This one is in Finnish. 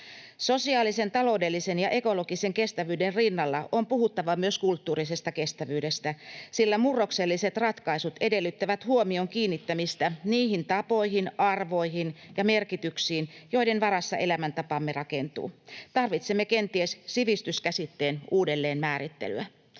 Sosiaalisen, taloudellisen ja ekologisen kestävyyden rinnalla on puhuttava myös kulttuurisesta kestävyydestä, sillä murrokselliset ratkaisut edellyttävät huomion kiinnittämistä niihin tapoihin, arvoihin ja merkityksiin, joiden varassa elämäntapamme rakentuu. Tarvitsemme kenties sivistyskäsitteen uudelleenmäärittelyä.